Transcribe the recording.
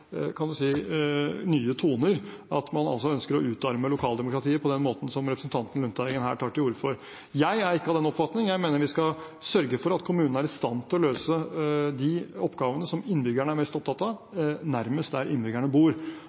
kan man si – nye toner: at man altså ønsker å utarme lokaldemokratiet på den måten som representanten Lundteigen her tar til orde for. Jeg er ikke av den oppfatning. Jeg mener vi skal sørge for at kommunene er i stand til å løse de oppgavene som innbyggerne er mest opptatt av, nærmest der innbyggerne bor,